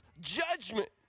judgment